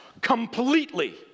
completely